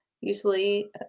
usually